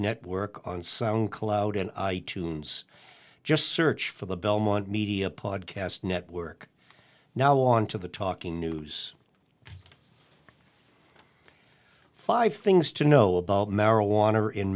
network on sound cloud and i tunes just search for the belmont media podcast network now on to the talking news five things to know about marijuana